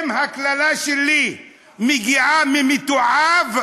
מגיעה ממתועב,